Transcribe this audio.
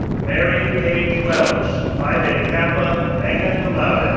mary page welch, phi beta kappa, magna cum laude, ah